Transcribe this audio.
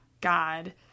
God